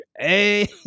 Hey